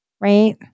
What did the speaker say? Right